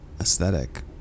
aesthetic